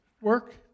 work